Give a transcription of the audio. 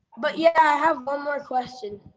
but yeah, i have one more question.